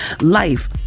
life